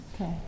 Okay